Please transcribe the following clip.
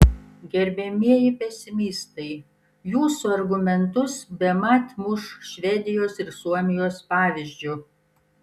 gerbiamieji pesimistai jūsų argumentus bemat muš švedijos ir suomijos pavyzdžiu